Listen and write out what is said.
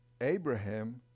Abraham